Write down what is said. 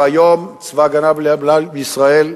והיום צבא-הגנה לישראל,